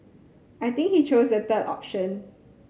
I think he chose the third option